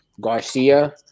Garcia